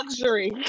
luxury